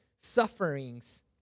sufferings